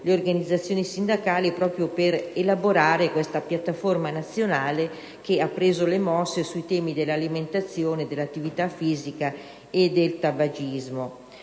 dalle organizzazioni sindacali, proprio per elaborare questa piattaforma nazionale sui temi dell'alimentazione, dell'attività fisica e del tabagismo.